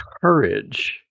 courage